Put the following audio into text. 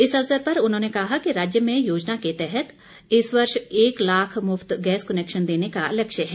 इस अवसर पर उन्होंने कहा कि राज्य में योजना के तहत इस वर्ष एक लाख मुफ्त गैस कनैक्शन देने का लक्ष्य है